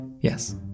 Yes